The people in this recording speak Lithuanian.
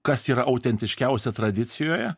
kas yra autentiškiausia tradicijoje